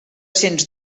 sens